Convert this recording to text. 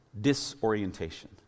disorientation